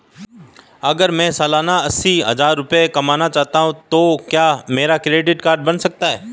अगर मैं सालाना अस्सी हज़ार रुपये कमाता हूं तो क्या मेरा क्रेडिट कार्ड बन सकता है?